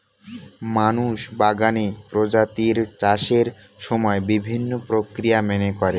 মানুষ বাগানে প্রজাপতির চাষের সময় বিভিন্ন প্রক্রিয়া মেনে করে